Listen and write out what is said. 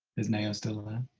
is neostill and